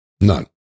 None